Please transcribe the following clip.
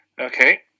Okay